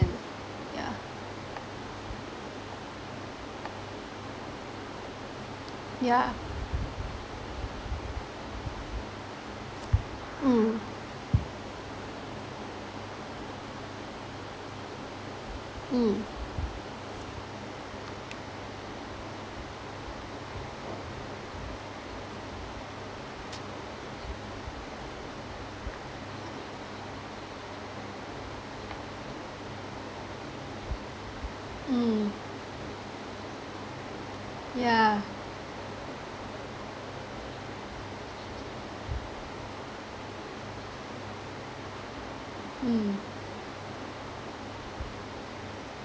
yeah yeah mm mm mm yeah mm